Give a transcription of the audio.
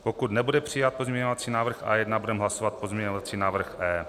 Pokud nebude přijat pozměňující návrh A1, budeme hlasovat pozměňovací návrh E.